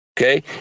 okay